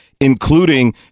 including